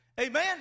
Amen